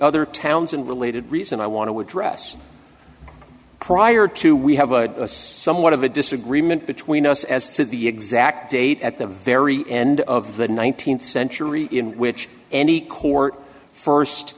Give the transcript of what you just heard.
other towns and related reason i want to address prior to we have a somewhat of a disagreement between us as to the exact date at the very end of the nineteenth century in which any court first